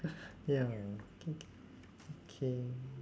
ya K K K